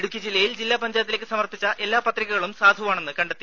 ഇടുക്കി ജില്ലയിൽ ജില്ലാ പഞ്ചായത്തിലേക്ക് സമർപ്പിച്ച എല്ലാ പത്രികകളും സാധുവാണെന്ന് കണ്ടെത്തി